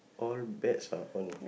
all bets are on